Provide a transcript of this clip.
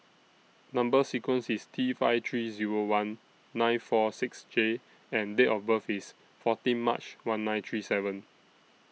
Number sequence IS T five three Zero one nine four six J and Date of birth IS fourteen March one nine three seven